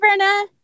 Brenna